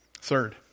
Third